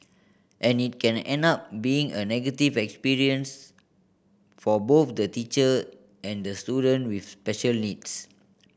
and it can end up being a negative experience for both the teacher and the student with special needs